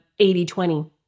80-20